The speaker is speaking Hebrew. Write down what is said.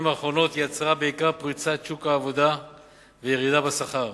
האחרונות יצרה בעיקר פריצת שוק העבודה וירידה בשכר.